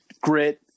Grit